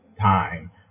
time